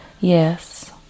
Yes